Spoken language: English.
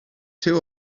two